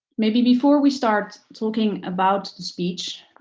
maybe before we start talking about the speech,